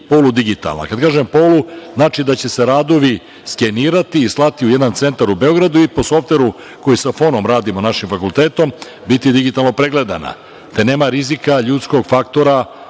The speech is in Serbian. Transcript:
polu digitalna, kada kažem polu znači da će se radovi skenirati i slati u jedan centar u Beogradu i po softveru koji sa FON-om radimo našim fakultetom biti digitalno pregledana, te nema rizika ljudskog faktora